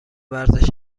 ورزش